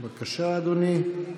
בבקשה, אדוני.